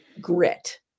grit